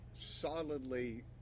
solidly